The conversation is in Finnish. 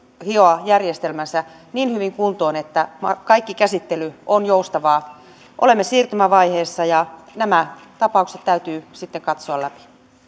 hioa järjestelmänsä niin hyvin kuntoon että kaikki käsittely on joustavaa olemme siirtymävaiheessa ja nämä tapaukset täytyy sitten katsoa läpi